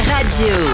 Radio